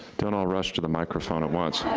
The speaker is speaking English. don't all rush to the microphone at once.